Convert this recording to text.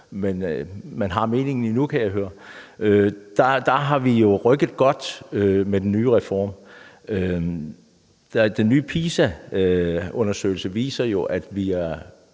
men man har meningen endnu, kan jeg høre – er vi rykket godt. Den nye PISA-undersøgelse viser jo, at vi er